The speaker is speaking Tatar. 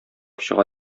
чыга